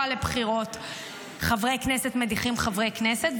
לבחירות חברי כנסת מדיחים חברי כנסת,